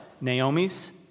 Naomi's